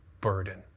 burden